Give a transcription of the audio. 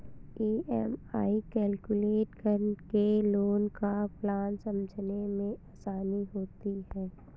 EMI calculate करके loan का plan समझने में आसानी होती है